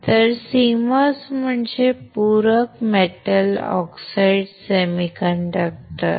तर CMOS म्हणजे पूरक मेटल ऑक्साईड सेमीकंडक्टर